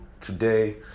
today